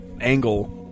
angle